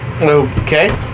Okay